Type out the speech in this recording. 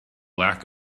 lack